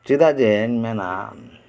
ᱪᱮᱫᱟᱜ ᱡᱮᱧ ᱢᱮᱱᱟ